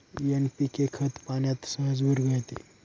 NPK खत पाण्यात सहज विरघळते